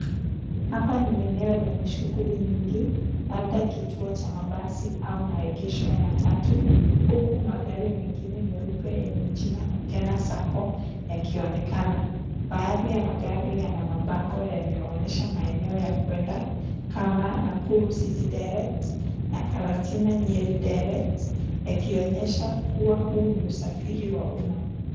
Hapa ni eneo lenye shughuli nyingi, labda kituo cha mabasi au maegesho ya matatu, huku magari mengine meupe yenye china Kukena Sacco yakionekana. Baadhi ya magari yana mabango yanayoonesha maeneo ya kwenda kama Nakuru City Direct na Karatina Nyeri Direct, yakionyesha kuwa huu ni usafiri wa umma.